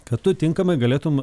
kad tu tinkamai galėtum